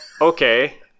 okay